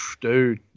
Dude